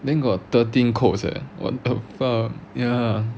then got thirteen codes eh what the fuck ya